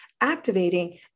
activating